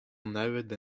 anavezet